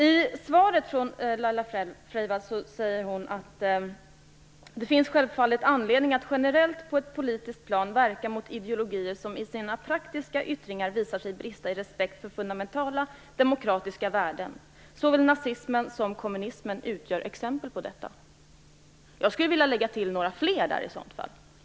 I svaret säger Laila Freivalds: Det finns självfallet anledning att generellt, på ett politiskt plan, verka mot ideologier som i sina praktiska yttringar visar sig brista i respekt för fundamentala demokratiska värden. Såväl nazismen som kommunismen utgör exempel på detta. Jag skulle vilja lägga till några.